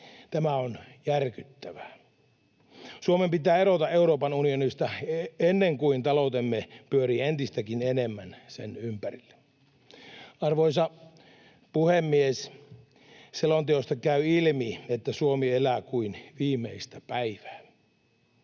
Tämä on järkyttävää. Suomen pitää erota Euroopan unionista ennen kuin taloutemme pyörii entistäkin enemmän sen ympärillä. Arvoisa puhemies! Selonteosta käy ilmi, että Suomi elää kuin viimeistä päivää.